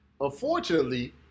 Unfortunately